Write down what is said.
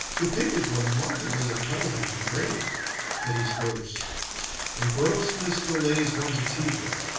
the pig is remarkably intelligent and brave but he's gross and grossness delays one's achievement,